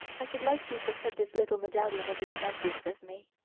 i should like you to accept this little medallion as a remembrance of me.